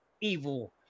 evil